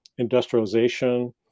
industrialization